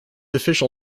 official